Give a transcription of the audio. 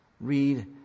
Read